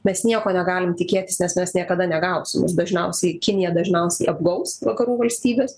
mes nieko negalim tikėtis nes mes niekada negausim mus dažniausiai kiniją dažniausiai apgaubs vakarų valstybės